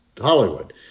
hollywood